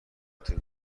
طول